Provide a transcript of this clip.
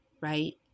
right